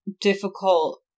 difficult